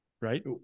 Right